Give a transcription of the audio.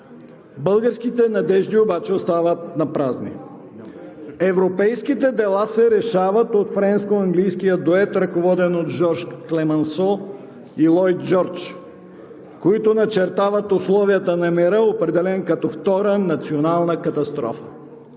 Българските надежди обаче остават напразни. Европейските дела се решават от френско-английския дует, ръководен от Жорж Клемансо и Лойд Джордж, които начертават условията на мира, определен като втора национална катастрофа.